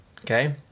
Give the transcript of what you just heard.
okay